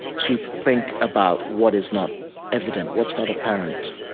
to think about what is not evident, what's not apparent.